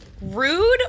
rude